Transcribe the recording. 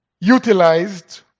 utilized